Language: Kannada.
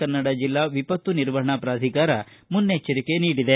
ಕ ಜಿಲ್ಲಾ ವಿಪತ್ತು ನಿರ್ವಹಣಾ ಪ್ರಾಧಿಕಾರ ಮುನ್ನೆಚ್ವರಿಕೆ ನೀಡಿದೆ